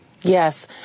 Yes